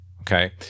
okay